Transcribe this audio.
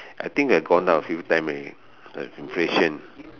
I think it gone up a few times already inflation